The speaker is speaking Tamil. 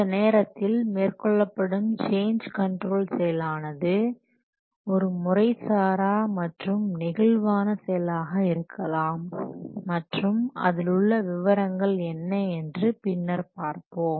இந்த நேரத்தில் மேற்கொள்ளப்படும் சேஞ்ச் கண்ட்ரோல் செயலானது ஒரு முறைசாரா மற்றும் நெகிழ்வான செயலாக இருக்கலாம் மற்றும் அதிலுள்ள விவரங்கள் என்ன என்று பின்னர் பார்ப்போம்